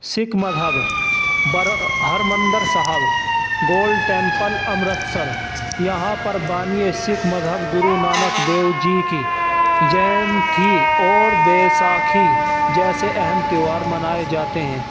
سکھ مذہب Harmandir Sahib gold temple Amritsar یہاں پر بانیٔ سکھ مذہب گرونانک دیو جی کی جینتی اور بیساکھی جیسے اہم تہوار منائے جاتے ہیں